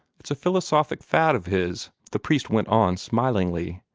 it's a philosophic fad of his, the priest went on smilingly,